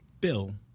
Bill